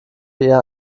eher